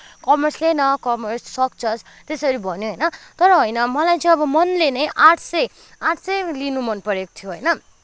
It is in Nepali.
कमर्स लिइ न कमर्स सक्छस त्यसरी भन्यो होइन तर होइन मलाई चाहिँ अब मनले नै आर्टस चाहिँ आर्टस चाहिँ लिनु मन परेको थियो होइन